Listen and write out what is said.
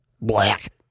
Black